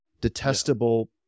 detestable